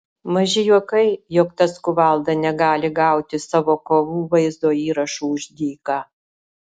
maži juokai jog tas kuvalda negali gauti savo kovų vaizdo įrašų už dyką